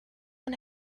and